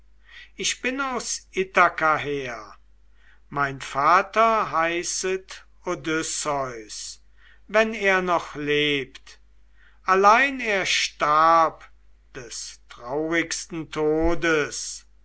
ich bin aus ithaka her mein vater heißet odysseus wenn er noch lebt allein er starb des traurigsten todes